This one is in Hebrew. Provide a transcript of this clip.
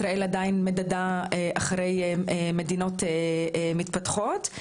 ישראל עדיין מדדה אחרי מדינות מתפתחות.